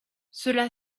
cela